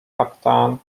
captain